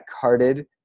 carded